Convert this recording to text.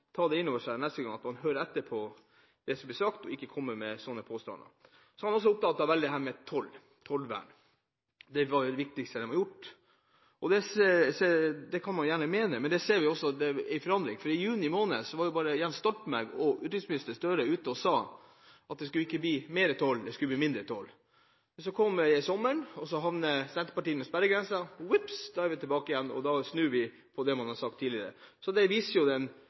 inn over seg at man neste gang hører etter på det som blir sagt, og ikke kommer med slike påstander. Så var han også veldig opptatt av dette med tollvern, at det var det viktigste de hadde gjort. Det kan man gjerne mene, men der ser vi også en forandring, for i juni måned var både Jens Stoltenberg og utenriksminister Gahr Støre ute og sa at det ikke skulle bli mer toll, det skulle bli mindre toll. Men så kom sommeren, og Senterpartiet havnet under sperregrensa, og vips så er man tilbake igjen og snur på det man har sagt tidligere. Så det viser jo den